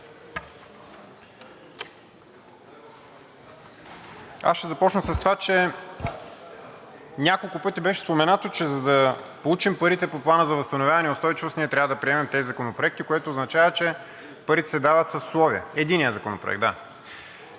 Ще започна с това, че няколко пъти беше споменато, че за да получим парите по Плана за възстановяване и устойчивост, ние трябва да приемем тези законопроекти, което означава, че парите се дават с условие. (Реплики от